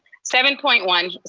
seven point one,